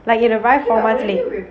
like it arrived four month late